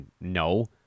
no